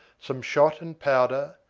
some shot and powder,